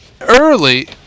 Early